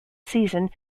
season